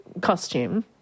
costume